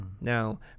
Now